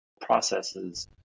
processes